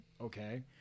okay